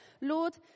Lord